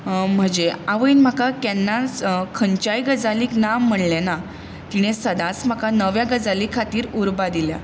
म्हजे आवयन म्हाका केन्नाच खंयच्याच गजालीक ना म्हणले ना तिणें सदांच म्हाका नव्या गजाली खातीर उर्बा दिल्या